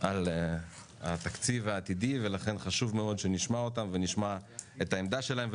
על התקציב העתידי ולכן חשוב מאוד שנשמע אותם ונשמע את העמדה שלהם.